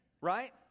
right